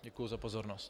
Děkuji za pozornost.